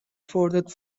afforded